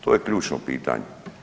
To je ključno pitanje.